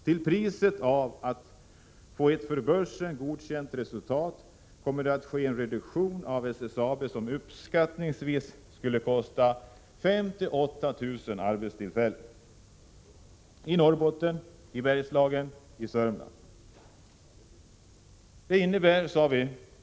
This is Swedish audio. Till priset av att få ett för börsen godkänt resultat kommer man att genomföra en reduktion av SSAB, som uppskattningsvis skulle kosta 5 000—-8 000 arbetstillfällen i Norrbotten, Bergslagen och Södermanland.